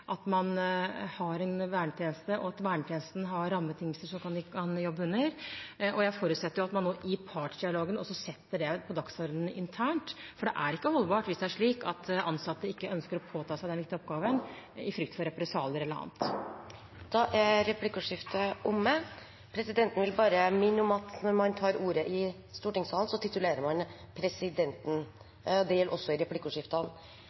at man har en vernetjeneste, og at vernetjenesten har rammebetingelser som de kan jobbe under. Jeg forutsetter nå at man i partsdialogen også setter det på dagsordenen internt, for det er ikke holdbart hvis det er slik at ansatte ikke ønsker å påta seg den viktige oppgaven i frykt for represalier eller annet. Da er replikkordskiftet omme. Presidenten vil minne om at når man tar ordet i stortingssalen, titulerer man presidenten. Det gjelder også i